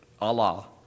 Allah